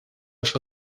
się